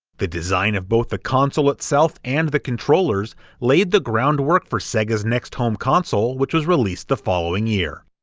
the design of both the console itself and the controllers laid the groundwork for sega's next home console, which was released the following year.